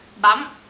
Bump